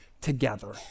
together